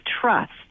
trust